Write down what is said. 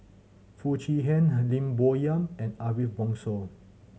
Foo Chee Han Lim Bo Yam and Ariff Bongso